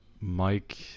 mike